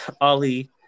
Ali